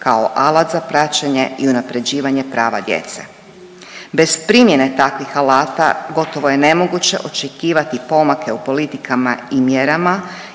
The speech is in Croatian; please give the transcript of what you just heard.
kao alat za praćenje i unapređivanje prava djece. Bez primjene takvih alata gotovo je nemoguće očekivati pomake u politikama i mjerama